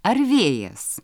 ar vėjas